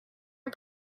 and